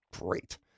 Great